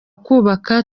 kubaka